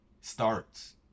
starts